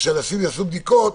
כשאנשים יעשו בדיקות,